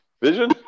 Vision